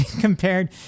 compared